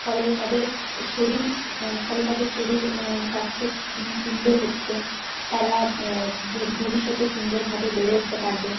ফলে তাদের শরীর ফলে তাদের শরীর স্বাস্থ্য সুন্দর হচ্ছে তারা ভবিষ্যতে সুন্দরভাবে বেড়ে উঠতে পারবে